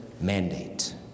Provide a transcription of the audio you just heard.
mandate